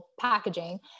packaging